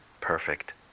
perfect